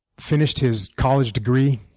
finished his college degree.